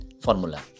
formula